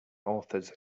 authors